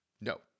No